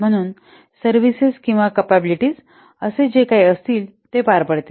म्हणून सर्विसेस किंवा कपॅबिलिटीज असे जे काही असतील ते पार पाडतील